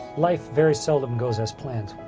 life very seldom goes as planned.